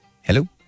Hello